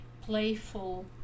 playful